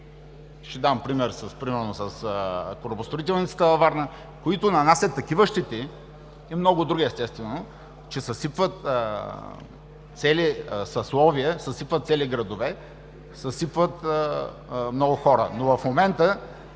Ще дам пример с корабостроителницата във Варна, които нанасят такива щети, и много други естествено, че съсипват цели съсловия, съсипват цели градове, съсипват много хора. Но в момента